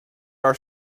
our